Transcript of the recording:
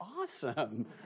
awesome